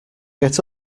get